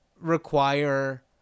require